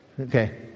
Okay